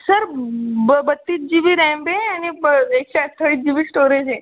sir ब बत्तीस G B RAM आहे आणि ब एकशे अठ्ठावीस जी बी स्टोरेज आहे